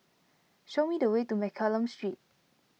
show me the way to Mccallum Street